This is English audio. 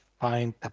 find